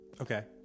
Okay